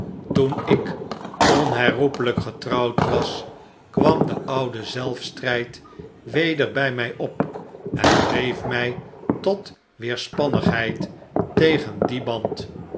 toen ik onherroepelijk getrouwd was kwam de oude zelfstrijd weder bij mij op en dreef mij tot weerspannigheid tegen dien band